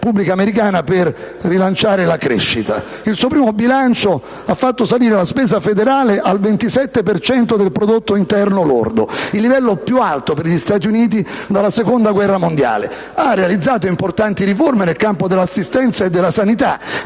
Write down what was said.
primo bilancio ha fatto salire la spesa federale al 27 per cento del prodotto interno lordo, il livello più alto per gli Stati Uniti dalla Seconda guerra mondiale. Ha realizzato importanti riforme nel campo dell'assistenza e della sanità,